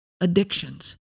addictions